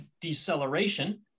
deceleration